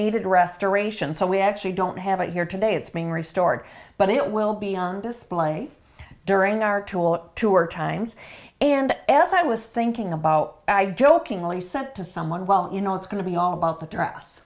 need restoration so we actually don't have it here today it's being restored but it will be on display during our tool tour times and as i was thinking about i jokingly said to someone well you know it's going to be all about the dress